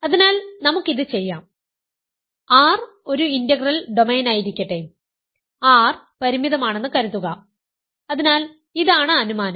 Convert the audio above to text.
അതിനാൽ നമുക്ക് ഇത് ചെയ്യാം അതിനാൽ R ഒരു ഇന്റഗ്രൽ ഡൊമെയ്നായിരിക്കട്ടെ R പരിമിതമാണെന്ന് കരുതുക അതിനാൽ ഇതാണ് അനുമാനം